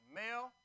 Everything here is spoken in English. male